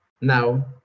now